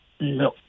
no